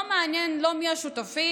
לא מעניין לא מי השותפים,